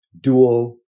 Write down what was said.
dual